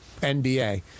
NBA